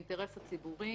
האינטרס הציבורי